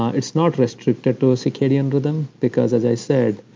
ah it's not restricted to circadian rhythm because, as i said,